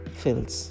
fills